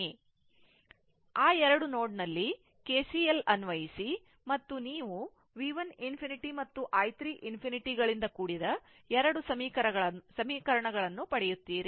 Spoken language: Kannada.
ಆ 2 ನೋಡ್ ನಲ್ಲಿ KCL ಅನ್ವಯಿಸಿ ಮತ್ತು ನೀವು V 1 ∞ ಮತ್ತು i 3 ∞ ಗಳಿಂದ ಕೂಡಿದ 2 ಸಮೀಕರಣಗಳನ್ನು ಪಡೆಯುತ್ತೀರಿ